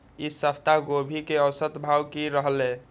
ई सप्ताह गोभी के औसत भाव की रहले?